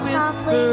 softly